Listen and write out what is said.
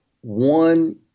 one